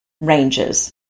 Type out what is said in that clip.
ranges